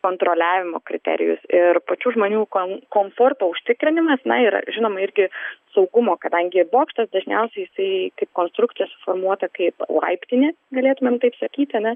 kontroliavimo kriterijus ir pačių žmonių kon komforto užtikrinimas na yra žinoma irgi saugumo kadangi bokštas dažniausiai jisai kaip konstruktas suformuota kaip laiptinė galėtumėm taip sakyt ane